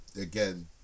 Again